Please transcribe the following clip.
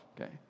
Okay